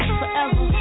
forever